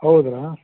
ಹೌದಾ